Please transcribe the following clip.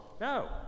No